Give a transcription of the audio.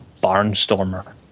barnstormer